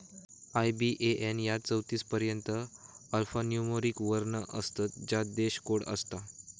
IBAN यात चौतीस पर्यंत अल्फान्यूमोरिक वर्ण असतत ज्यात देश कोड असता